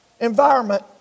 environment